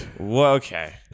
Okay